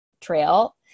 trail